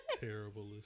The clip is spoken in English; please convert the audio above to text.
Terrible